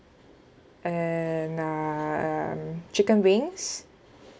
and uh um chicken wings